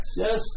yes